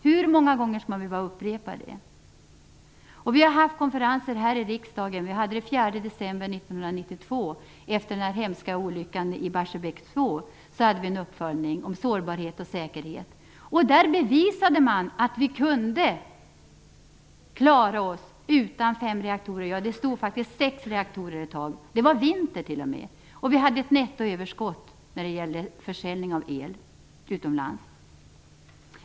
Hur många gånger skall man behöva upprepa det? Vi hade en konferens här i riksdagen den 4 december 1992, efter den hemska olyckan i Barsebäck 2, då vi gjorde en uppföljning om sårbarhet och säkerhet. Där bevisades att vi kunde klara oss utan fem reaktorer - ja, det var visst sex reaktorer som var stängda ett tag. Det var vinter t.o.m., och vi hade ett nettoöverskott när det gällde försäljning av el utomlands.